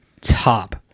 top